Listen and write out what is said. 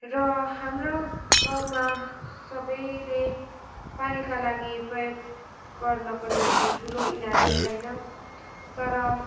र हाम्रो गाउँमा सबैले पानीका लागि प्रयोग गर्नको निम्ति ठुलो इनार त छैन तर